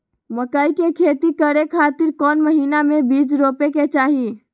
मकई के खेती करें खातिर कौन महीना में बीज रोपे के चाही?